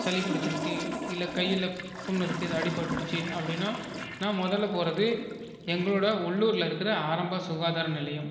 சளி பிடிச்சிருக்கு இல்லை கையில் புண் இருக்குது இது அடிப்பட்டுடிச்சு அப்படின்னா நான் முதல்ல போவது எங்களோட உள்ளூரில் இருக்கிற ஆரம்ப சுகாதார நிலையம்